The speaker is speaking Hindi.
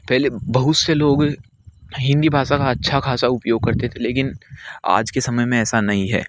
पहले बहुत से लोग हिंदी भाषा का अच्छा ख़ासा उपयोग करते थे लेकिन आज के समय में ऐसा नहीं है